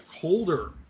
colder